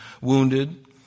wounded